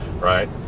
right